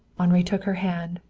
henri took her hand,